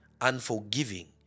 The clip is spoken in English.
unforgiving